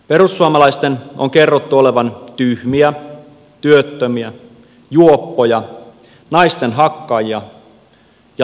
perussuomalaisten on kerrottu olevan tyhmiä työttömiä juoppoja naisten hakkaajia ja lahjattomia